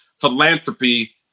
philanthropy